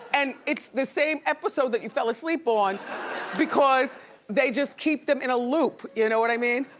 and it's the same episode that you fell asleep on because they just keep them in a loop you know what i mean?